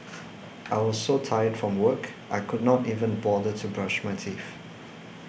I was so tired from work I could not even bother to brush my teeth